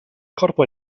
corpo